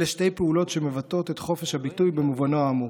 אלה שתי פעולות שמבטאות את חופש הביטוי במובנו העמוק.